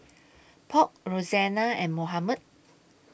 Polk Roxanna and Mohamed